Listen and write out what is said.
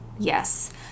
Yes